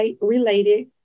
related